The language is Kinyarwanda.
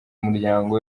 umuryango